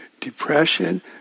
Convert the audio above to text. depression